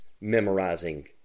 memorizing